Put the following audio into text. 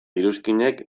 iruzkinek